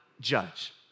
judge